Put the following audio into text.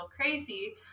crazy